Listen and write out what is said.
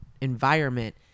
environment